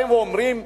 באים ואומרים,